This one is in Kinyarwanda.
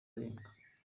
arenga